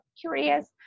curious